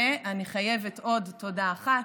ואני חייבת עוד תודה אחת,